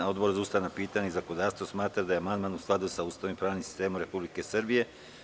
Odbor za ustavna pitanja i zakonodavstvo smatra da je amandman u skladu sa Ustavom i pravnim sistemom Republike Srbije.